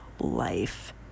life